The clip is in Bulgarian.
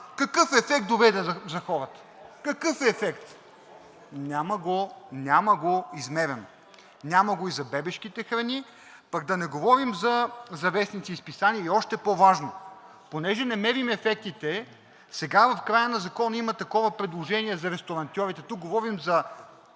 какъв ефект доведе за хората? Какъв ефект?“ Няма го измерено. Няма го и за бебешките храни, а пък да не говорим за вестници и списания. И още по-важно, понеже не мерим ефектите – сега в края на Закона има такова предложение за ресторантьорите. Тук говорим за